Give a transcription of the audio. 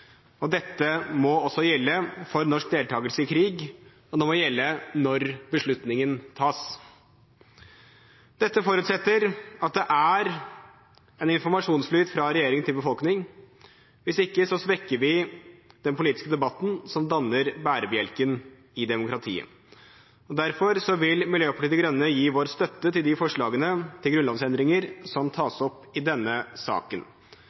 Dette må også gjelde for norsk deltagelse i krig, og det må gjelde når beslutningen tas. Dette forutsetter at det er en informasjonsflyt fra regjering til befolkning. Hvis ikke svekker vi den politiske debatten, som danner bærebjelken i demokratiet. Derfor vil Miljøpartiet De Grønne gi sin støtte til de forslagene til grunnlovsendringer som tas opp i denne saken.